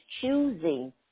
choosing